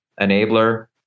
enabler